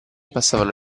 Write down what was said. passavano